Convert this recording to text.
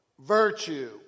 virtue